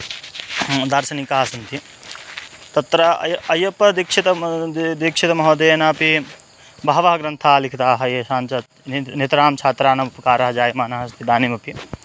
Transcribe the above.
दार्शनिकाः सन्ति तत्र य अप्पयदीक्षितः म द् दीक्षितमहोदयेन अपि बहवः ग्रन्थाः लिखिताः एषाञ्च निन्त् नितरां छात्राणाम् उपकारः जायमानः अस्ति इदानीमपि